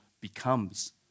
becomes